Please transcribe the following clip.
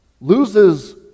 loses